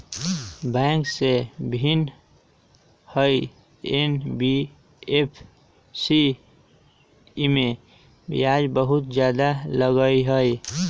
Bank से भिन्न हई एन.बी.एफ.सी इमे ब्याज बहुत ज्यादा लगहई?